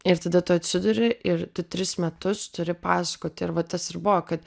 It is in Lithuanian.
ir tada tu atsiduri ir tris metus turi pasakot ir va tas ir buvo kad